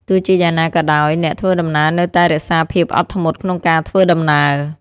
ទោះជាយ៉ាងណាក៏ដោយ អ្នកធ្វើដំណើរនៅតែរក្សាភាពអត់ធ្មត់ក្នុងការធ្វើដំណើរ។